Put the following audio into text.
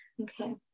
Okay